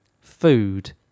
food